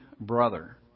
brother